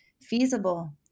feasible